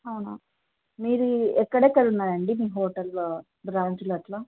అవునా మీరు ఎక్కడేక్కడ ఉన్నాారండి మీ హోటల్ బ్రాంచులు అట్లా